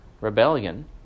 rebellion